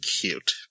Cute